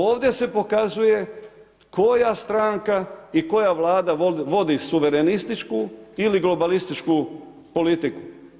Ovdje se pokazuje, koja stranka i koja vlada vodi suverenističku ili globalističku politiku.